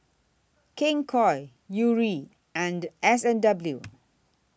King Koil Yuri and S and W